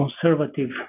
conservative